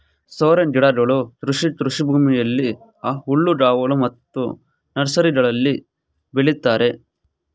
ಸೋರೆನ್ ಗಿಡಗಳು ಕೃಷಿ ಕೃಷಿಭೂಮಿಯಲ್ಲಿ, ಹುಲ್ಲುಗಾವಲು ಮತ್ತು ನರ್ಸರಿಗಳಲ್ಲಿ ಬೆಳಿತರೆ